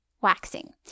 waxing